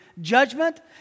judgment